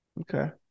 Okay